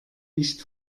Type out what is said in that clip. nicht